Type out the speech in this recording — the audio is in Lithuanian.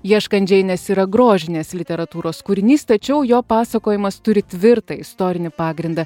ieškant džeinės yra grožinės literatūros kūrinys tačiau jo pasakojimas turi tvirtą istorinį pagrindą